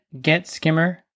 getskimmer